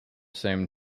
same